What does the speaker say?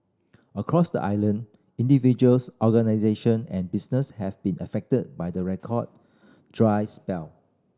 across the island individuals organisation and business have been affected by the record dry spell